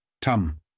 tum